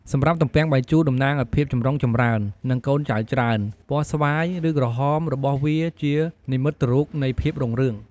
សម្រាប់ទំពាំងបាយជូរតំណាងឱ្យភាពចម្រុងចម្រើន និងកូនចៅច្រើន ពណ៌ស្វាយ ឬក្រហមរបស់វាជានិមិត្តរូបនៃភាពរុងរឿង។